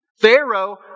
Pharaoh